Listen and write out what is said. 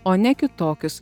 o ne kitokius